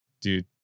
Dude